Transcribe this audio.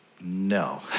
no